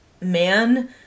man